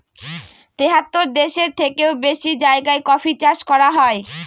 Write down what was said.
তেহাত্তর দেশের থেকেও বেশি জায়গায় কফি চাষ করা হয়